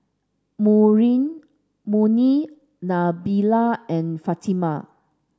Murni Nabila and Fatimah